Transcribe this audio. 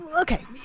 Okay